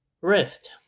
rift